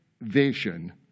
vision